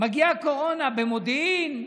מגיעה הקורונה במודיעין,